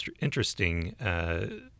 interesting